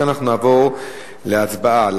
אנחנו נעבור להצבעה על